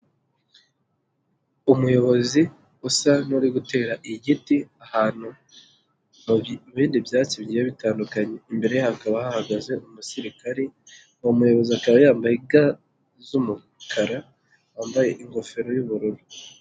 Umuyobozi usa n'uri gutera igiti ahantu mu bindi byatsi bigiye bitandukanye. Imbere ye hakaba hahagaze umusirikari, uwo muyobozi akaba yambaye ga z'umukara, yambaye ingofero y'ubururu.